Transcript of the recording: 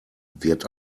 wird